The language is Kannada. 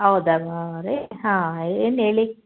ಹೌದಾ ಅವರೇ ಹಾಂ ಏನು ಹೇಳಿ